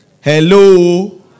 Hello